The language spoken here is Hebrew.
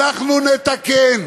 אנחנו נתקן.